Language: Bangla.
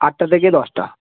আটটা থেকে দশটা